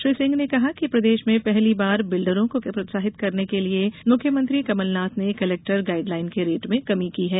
श्री सिंह ने कहा कि प्रदेश में पहली बार बिल्डरों को प्रोत्साहित करने के लिये मुख्यमंत्री कमल नाथ ने कलेक्टर गाइड लाइन के रेट में कमी की है